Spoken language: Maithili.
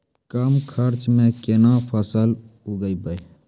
कम खर्चा म केना फसल उगैबै?